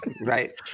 Right